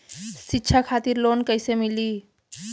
शिक्षा खातिर लोन कैसे मिली?